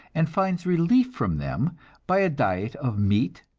and finds relief from them by a diet of meat,